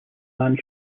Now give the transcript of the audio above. man